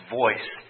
voice